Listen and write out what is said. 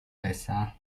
байсан